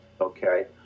Okay